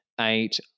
eight